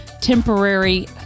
Temporary